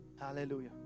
Hallelujah